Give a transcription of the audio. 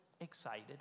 excited